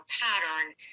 pattern